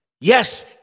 Yes